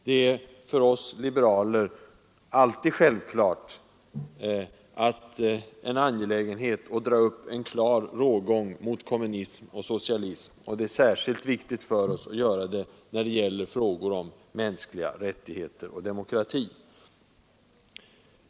Det är för oss liberaler alltid självklart att dra upp en klar rågång mot kommunism och socialism, och det är särskilt viktigt för oss att göra det när det gäller frågor om mänskliga rättigheter och demokrati.